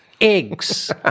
eggs